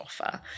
offer